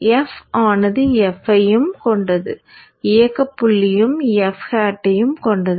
f ஆனது f ஐயும் கொண்டது இயக்கப் புள்ளியும் f hat ஐயும் கொண்டது